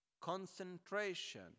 concentration